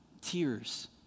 tears